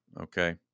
Okay